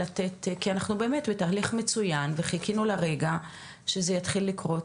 כי אנחנו באמת בתהליך מצויין וחיכינו לרגע שזה יתחיל לקרות,